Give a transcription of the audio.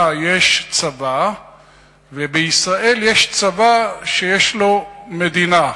יש צבא ובישראל יש צבא שיש לו מדינה.